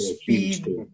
speed